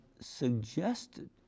suggested